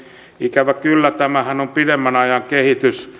ikävä kyllä tämähän on pidemmän ajan kehitys